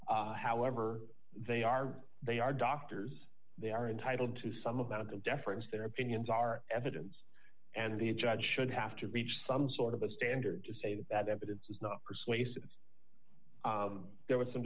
however they are they are doctors they are entitled to some amount of deference their opinions are evidence and the judge should have to reach some sort of a standard to say that the evidence is not persuasive there was some